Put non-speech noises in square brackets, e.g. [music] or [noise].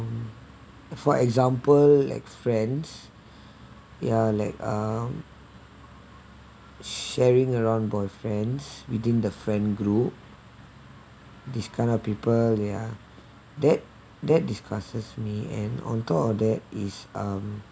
for example like friends [breath] ya like um sharing around boyfriends within the friend group this kind of people they are that that disgusts me and on top of that is um